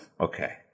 Okay